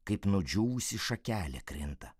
kaip nudžiūvusi šakelė krinta